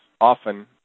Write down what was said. often